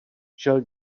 šel